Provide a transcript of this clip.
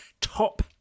top